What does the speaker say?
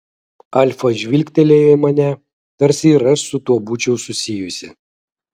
alfa žvilgtelėjo į mane tarsi ir aš su tuo būčiau susijusi